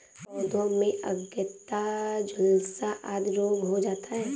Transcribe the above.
पौधों में अंगैयता, झुलसा आदि रोग हो जाता है